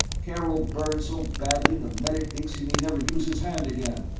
karol burned so badly the medic thinks he may never use his hand again,